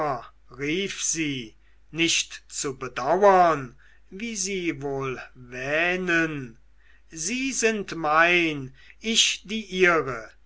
sie nicht zu bedauern wie sie wohl wähnen sie sind mein ich die ihre